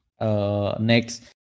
next